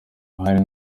ahari